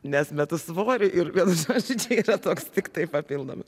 nes metu svorį ir vienu žodžiu čia yra toks tiktai papildomas